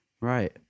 Right